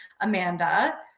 Amanda